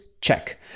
check